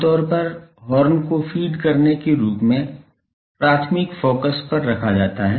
आम तौर पर हॉर्न को फ़ीड के रूप में प्राथमिक फोकस पर रखा जाता है